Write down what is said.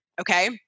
Okay